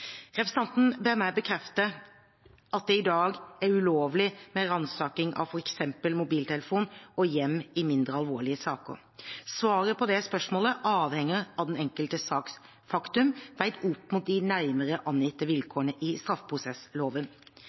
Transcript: Representanten ber meg om å «bekrefte at det i dag er ulovlig med ransaking av for eksempel mobiltelefon og hjem i mindre alvorlige saker». Svaret på det spørsmålet avhenger av den enkelte saks faktum veid opp mot de nærmere angitte vilkårene i straffeprosessloven.